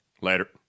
Later